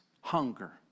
Hunger